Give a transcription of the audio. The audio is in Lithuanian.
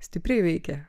stipriai veikia